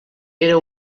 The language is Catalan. era